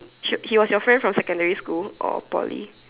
she he was you friend from secondary school or Poly